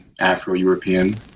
Afro-European